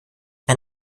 ein